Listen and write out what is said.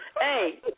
Hey